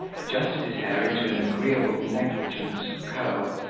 adjusted his hair into an agreeable negligence of curl,